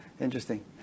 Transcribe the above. Interesting